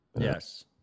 Yes